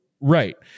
Right